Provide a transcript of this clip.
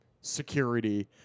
security